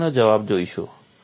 આપણે તેનો જવાબ જોઈશું